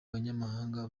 banyamahanga